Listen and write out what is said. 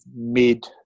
mid